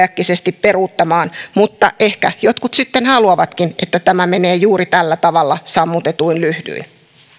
äkkisesti peruuttamaan mutta ehkä jotkut sitten haluavatkin että tämä menee juuri tällä tavalla sammutetuin lyhdyin